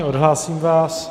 Odhlásím vás.